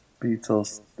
Beatles